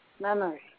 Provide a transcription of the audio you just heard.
memory